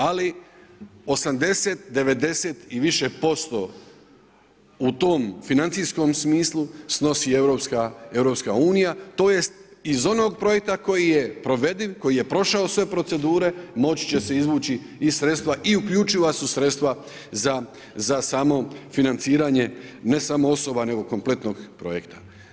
Ali 80, 90 i više posto u tom financijskom smislu snosi EU, tj. iz onog projekta koji je provediv, koji je prošao sve procedure moći će se izvući i sredstva i uključiva su sredstva za samo financiranje ne samo osoba nego kompletnog projekta.